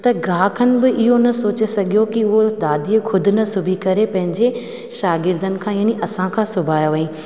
त ग्राहकनि बि इहो न सोचे सघियो की उहो दादीअ ख़ुदि न सिबी करे पंहिंजे शागिर्दनि खां याने असांखा सिबाया हुअईं